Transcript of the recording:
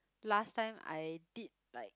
last time I did like